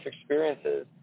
experiences